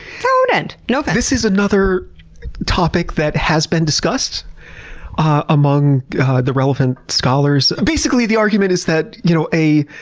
so would end! no offense. but this is another topic that has been discussed among the relevant scholars. basically the argument is that you know a